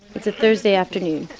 it's a thursday afternoon.